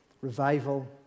revival